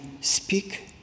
speak